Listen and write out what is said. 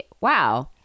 wow